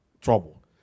trouble